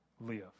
live